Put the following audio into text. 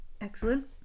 Excellent